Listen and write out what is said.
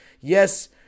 Yes